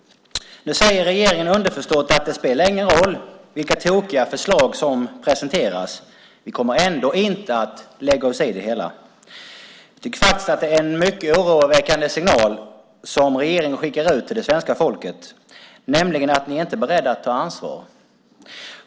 Nu säger regeringen underförstått att det inte spelar någon roll vilka tokiga förslag som presenteras: Vi kommer ändå inte att lägga oss i det hela. Det är en mycket oroväckande signal som ni från regeringen skickar ut till svenska folket, nämligen att ni inte är beredda att ta ansvar.